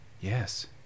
yes